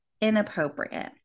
inappropriate